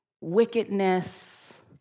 wickedness